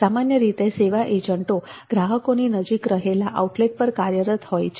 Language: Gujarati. સામાન્ય રીતે સેવા એજન્ટો ગ્રાહકોની નજીક રહેલા આઉટલેટ પર કાર્યરત હોય છે